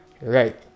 Right